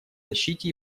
защите